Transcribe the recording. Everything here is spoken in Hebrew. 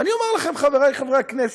ואני אומר לכם, חברי חברי הכנסת,